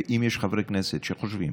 אם יש חברי כנסת שחושבים